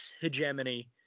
hegemony